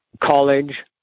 College